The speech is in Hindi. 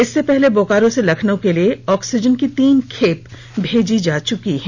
इससे पहले बोकारो से लखनऊ के लिए ऑक्सीजन की तीन खेप भेजी जा चुकी है